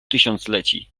tysiącleci